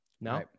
No